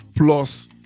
plus